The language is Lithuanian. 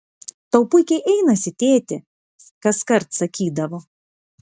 tau puikiai einasi tėti kaskart sakydavo